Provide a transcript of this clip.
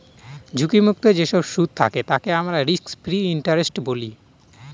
ঝুঁকি মুক্ত যেসব সুদ থাকে তাকে আমরা রিস্ক ফ্রি ইন্টারেস্ট বলি